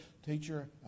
Teacher